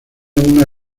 una